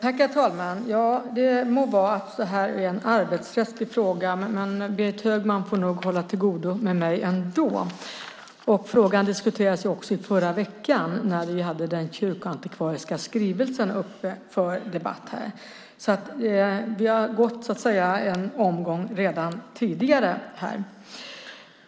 Herr talman! Det må vara att det här är en arbetsrättslig fråga, men Berit Högman får nog hålla till godo med mig ändå. Frågan diskuterades också i förra veckan när vi hade den kyrkoantikvariska skrivelsen uppe för debatt här. Vi har alltså så att säga gått en omgång redan tidigare.